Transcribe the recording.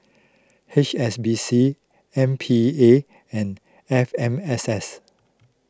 H S B C M P A and F M S S